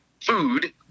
food